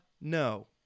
no